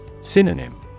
Synonym